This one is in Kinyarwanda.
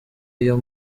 iyo